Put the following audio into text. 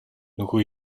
нөгөө